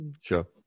Sure